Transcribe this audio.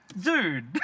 dude